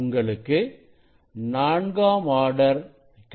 உங்களுக்கு நான்காம் ஆர்டர் கிடைக்கும்